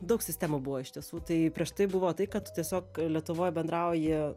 daug sistemų buvo iš tiesų tai prieš tai buvo tai kad tiesiog lietuvoj bendrauji